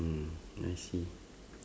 mm I see